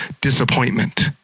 disappointment